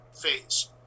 phase